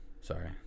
Sorry